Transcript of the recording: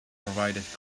provided